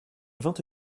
vingt